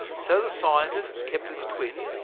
so the scientists kept its twin,